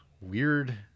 weird